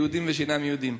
יהודים ושאינם יהודים,